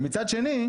ומצד שני,